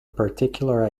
particular